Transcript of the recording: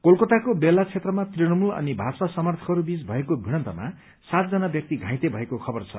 कलकताको बेहला क्षेत्रमा तृणमूल अनि भाजपा समर्थकहरू बीच भएको भीड़न्तमा सातजना व्यक्ति घाइते भएको खबर छ